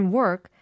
work